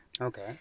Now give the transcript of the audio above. okay